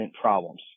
problems